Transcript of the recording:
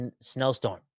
snowstorm